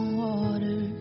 water